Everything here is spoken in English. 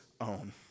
own